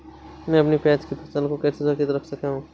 मैं अपनी प्याज की फसल को कैसे सुरक्षित रख सकता हूँ?